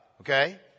Okay